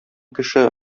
кеше